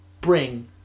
bring